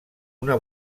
una